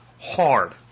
hard